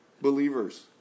believers